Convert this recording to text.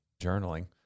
journaling